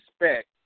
respect